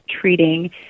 treating